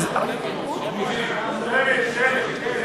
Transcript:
שמית, שמית.